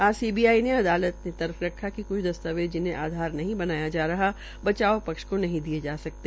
आज सीबीआई ने अदालत ने तर्क रखा कि क्छ दस्तावेज जिन्हे आधार नही बनाया जा रहा बचाव पक्ष को नहीं दिये जा सकते